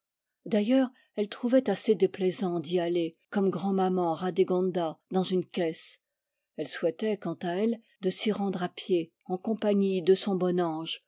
d'ailleurs elle trouvait assez déplaisant d'y aller comme grand'maman radégonda dans une caisse elle souhaitait quant à elle de s'y rendre à pied en compagnie de son bon ange